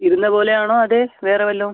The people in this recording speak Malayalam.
ഇരുന്ന പോലെ ആണോ അതെ വേറെ വല്ലതും